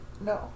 no